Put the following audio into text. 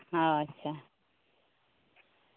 ᱟᱪᱪᱷᱟ